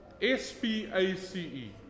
S-P-A-C-E